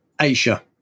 Asia